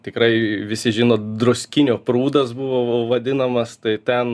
tikrai visi žino druskinio prūdas buvo vadinamas tai ten